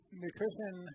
nutrition